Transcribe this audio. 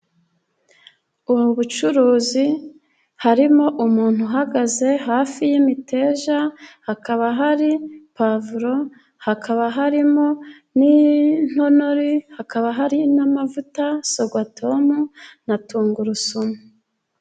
Mu bucuruzi harimo umuntu uhagaze hafi y'imiteja, hakaba hari puwavuro hakaba harimo n'intonore, hakaba hari n'amavuta sorwatomu na tungurusumu.